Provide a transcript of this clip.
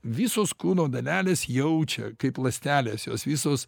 visos kūno dalelės jaučia kaip ląstelės jos visos